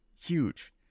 Huge